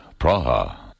Praha